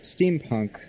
steampunk